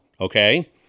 okay